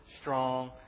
strong